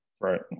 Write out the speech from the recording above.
Right